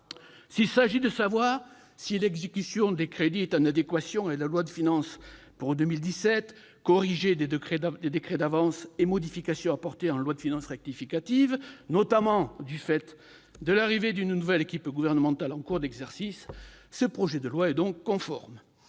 S'il s'agit de savoir si l'exécution des crédits est en adéquation avec la loi de finances pour 2017, corrigée des décrets d'avance et modifications apportées en loi de finances rectificative, notamment du fait de l'arrivée d'une nouvelle équipe gouvernementale en cours d'exercice, ce projet de loi est conforme.